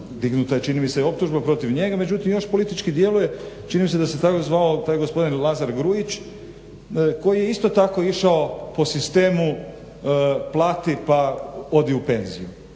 dignuta je čini mi se i optužba protiv njega, još politički djeluje, čini mi se da se tada zvao taj gospodin Lazar Gruić. Koji je isto tako išao po sistemu plati pa odi u penziju.